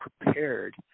prepared